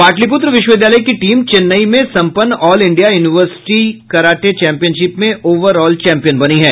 पाटलिपुत्र विश्वविद्यालय की टीम चेन्नई में संपन्न all India university karate championship में ओवर ऑल चैंपियन बनी है